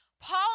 Paul